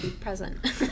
present